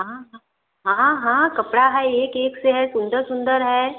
हाँ हाँ हाँ हाँ कपड़ा है एक एक से है सुन्दर सुन्दर हैं